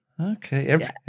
Okay